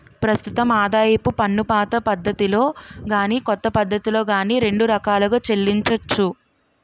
ప్రస్తుతం ఆదాయపు పన్నుపాత పద్ధతిలో గాని కొత్త పద్ధతిలో గాని రెండు రకాలుగా చెల్లించొచ్చు